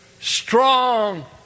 strong